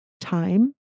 time